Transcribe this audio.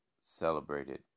celebrated